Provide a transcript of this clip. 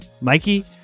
Mikey